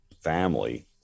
family